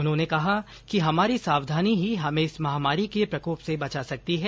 उन्होंने कहा कि हमारी सावधानी ही हमें इस महामारी के प्रकोप से बचा सकती है